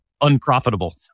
Unprofitable